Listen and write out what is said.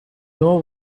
know